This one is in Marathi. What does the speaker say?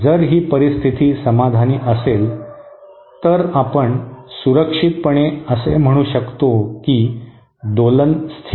जर ही परिस्थिती समाधानी असेल तर आपण सुरक्षितपणे असे म्हणू शकतो की दोलन स्थिर आहे